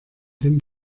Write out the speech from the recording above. den